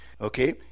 Okay